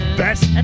best